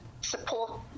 support